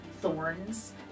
thorns